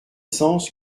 sens